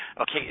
Okay